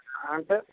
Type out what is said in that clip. అంటే